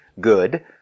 good